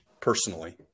personally